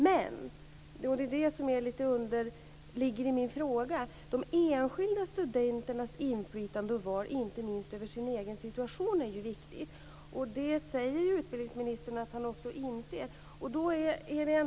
Men, och det är det som ligger lite grann i min fråga, de enskilda studenternas inflytande och val, inte minst när det gäller deras egen situation, är ju viktigt. Det säger utbildningsministern att han också inser.